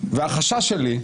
החשש שלי,